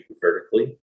vertically